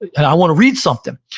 and i want to read something.